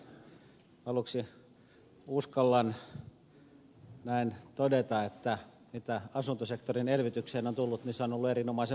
aluksi uskallan näin todeta että mitä asuntosektorin elvytykseen on tullut niin se on ollut erinomaisen onnistunut